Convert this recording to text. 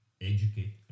educate